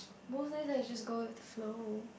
mostly just go with the flow